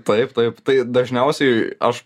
taip taip tai dažniausiai aš